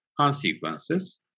consequences